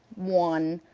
one,